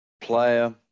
player